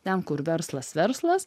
ten kur verslas verslas